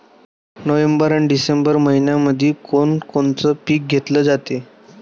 November अन December मइन्यामंधी कोण कोनचं पीक घेतलं जाते?